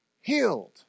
Healed